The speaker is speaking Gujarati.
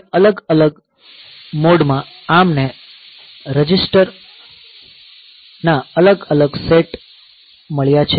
હવે અલગ અલગ મોડ માં આ ARMને રજિસ્ટરના અલગ અલગ સેટ મળ્યા છે